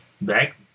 back